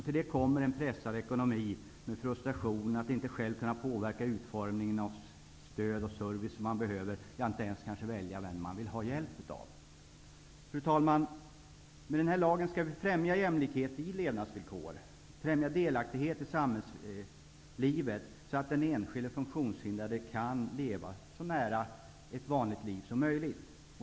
Till det kommer en ofta pressad ekonomi samt frustrationen av att inte själv kunna påverka utformningen av stöd och service -- ja, att inte ens få välja vem man vill ha hjälp av! Fru talman! Med denna lag skall vi kunna främja jämlikhet i levnadsvillkor och främja delaktighet i samhällslivet så att den enskilde funktionshindrade kan leva så nära ett vanligt liv som möjligt.